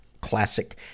classic